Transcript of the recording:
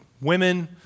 women